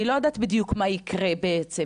אני לא יודעת בדיוק מה יקרה בעצם.